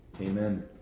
Amen